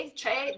c'è